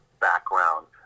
background